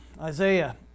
Isaiah